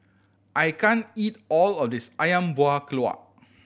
I can't eat all of this Ayam Buah Keluak